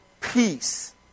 peace